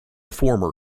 former